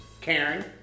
Karen